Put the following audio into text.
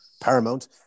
paramount